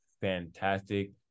fantastic